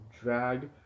Drag